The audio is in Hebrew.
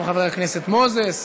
גם חבר הכנסת מוזס.